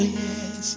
yes